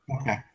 Okay